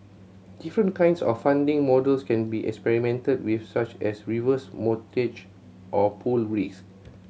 different kinds of funding models can be experimented with such as reverse mortgage or pooled risk